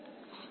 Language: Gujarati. વિદ્યાર્થી